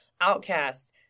outcasts